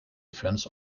events